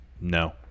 No